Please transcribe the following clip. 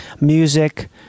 music